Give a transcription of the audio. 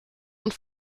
und